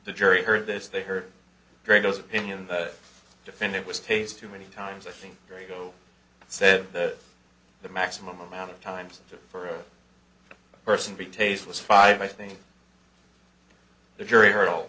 the jury heard this they heard during those opinion the defendant was taste to many times i think your ego said that the maximum amount of times for a person be tasteless five i think the jury heard all